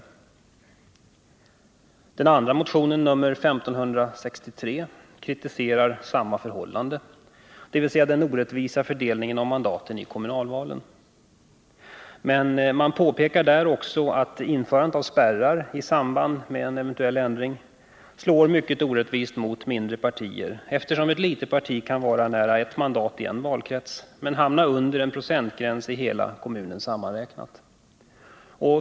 I den andra motionen, nr 1563, kritiseras samma förhållande, dvs. den orättvisa fördelningen av mandaten i kommunalvalen. Men man påpekar där också att införandet av spärrar i samband med en eventuell förändring skulle slå mycket orättvist mot mindre partier, eftersom ett litet parti kan vara nära ett mandat i en valkrets men hamna under en procentgräns när resultatet för hela kommunen sammanräknas.